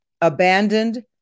abandoned